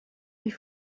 die